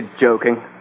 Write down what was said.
joking